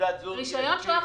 ובתעודת זהות יש.